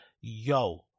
yo